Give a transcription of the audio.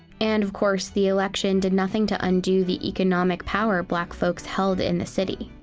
and of course the election did nothing to undo the economic power black folks held in the city.